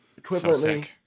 equivalently